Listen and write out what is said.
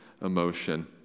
emotion